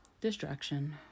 Distraction